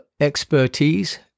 expertise